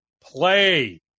Play